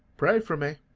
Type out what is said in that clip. pray for me